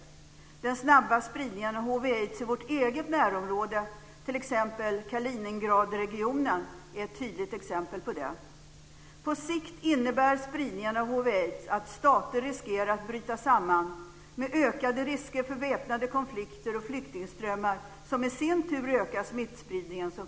Den snabba spridningen av hiv aids att stater riskerar att bryta samman med ökade risker för väpnade konflikter och flyktingströmmar som följd - som i sin tur ökar smittspridningen.